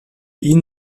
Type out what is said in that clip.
ihn